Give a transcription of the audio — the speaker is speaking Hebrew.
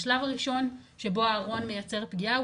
השלב הראשון שבו הארון מייצר פגיעה,